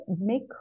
make